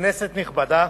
כנסת נכבדה,